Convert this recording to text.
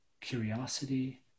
curiosity